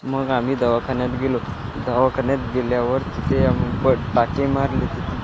मग आम्ही दवाखान्यात गेलो दवाखान्यात गेल्यावर तिथे आम्ही प टाके मारले तिथं